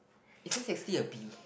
isn't sixty a B